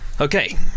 okay